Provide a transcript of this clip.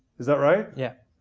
is that right yeah.